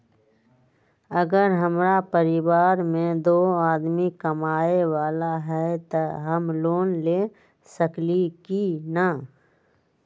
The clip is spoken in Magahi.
अगर हमरा परिवार में दो आदमी कमाये वाला है त हम लोन ले सकेली की न?